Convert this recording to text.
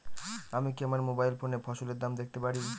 আমি কি আমার মোবাইল ফোনে ফসলের দাম দেখতে পারি?